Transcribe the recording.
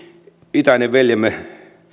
itäinen veljemme